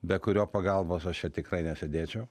be kurio pagalbos aš čia tikrai nesėdėčiau